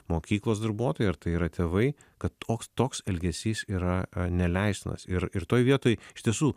mokyklos darbuotojai ar tai yra tėvai kad toks toks elgesys yra neleistinas ir ir toj vietoj iš tiesų